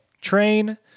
train